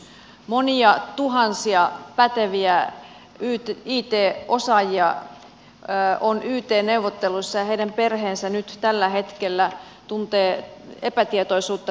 monia tuhansia päteviä it osaajia on yt neuvotteluissa ja heidän perheensä nyt tällä hetkellä tuntevat epätietoisuutta tulevasta